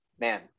Man